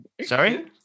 Sorry